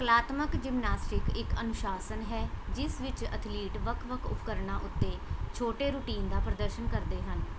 ਕਲਾਤਮਕ ਜਿਮਨਾਸਟਿਕ ਇੱਕ ਅਨੁਸ਼ਾਸਨ ਹੈ ਜਿਸ ਵਿੱਚ ਅਥਲੀਟ ਵੱਖ ਵੱਖ ਉਪਕਰਣਾਂ ਉੱਤੇ ਛੋਟੇ ਰੁਟੀਨ ਦਾ ਪ੍ਰਦਰਸ਼ਨ ਕਰਦੇ ਹਨ